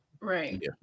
Right